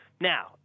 Now